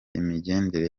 imigendekere